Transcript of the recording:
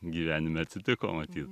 gyvenime atsitiko matyt